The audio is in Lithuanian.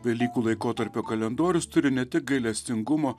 velykų laikotarpio kalendorius turi ne tik gailestingumo